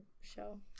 show